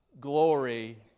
glory